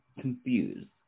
confused